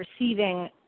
receiving